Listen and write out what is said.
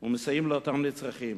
ומסייעים לאותם נצרכים.